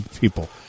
people